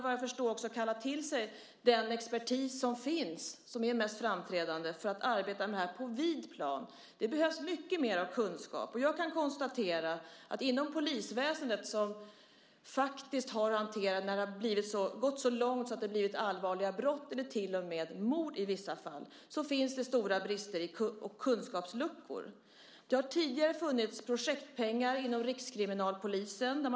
Vad jag förstår kommer hon att kalla till sig den mest framträdande expertis som finns för att arbeta med problematiken på bred front. Det behövs mycket mer kunskap, och jag kan konstatera att det inom polisväsendet, som ju har att hantera dessa frågor när det gått så långt att det blivit fråga om allvarliga brott och i vissa fall till och med mord, finns stora brister och kunskapsluckor. Det har inom Rikskriminalpolisen tidigare funnits projektpengar för detta.